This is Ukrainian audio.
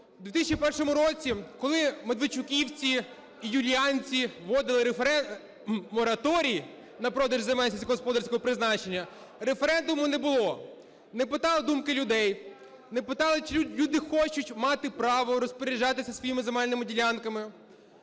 У 2001 році, коли "медведчуківці" і "юліанці" вводили мораторій на продаж земель сільськогосподарського призначення, референдуму не було, не питали думку людей, не питали людей, чи люди хочу мати право розпоряджатися своїми земельними ділянками.